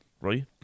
right